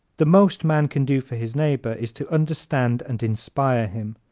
the most man can do for his neighbor is to understand and inspire him.